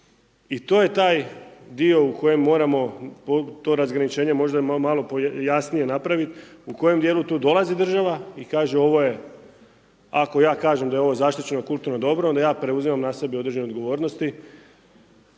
I to je taj dio u kojem moramo to razgraničenje možda je malo jasnije napravit, u kojem dijelu tu dolazi država i kaže ovo je ako ja kažem da je ovo zaštićeno kulturno dobro, onda ja preuzimam na sebe određenu odgovornost.